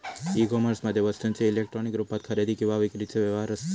E कोमर्समध्ये वस्तूंचे electronic रुपात खरेदी किंवा विक्रीचे व्यवहार असत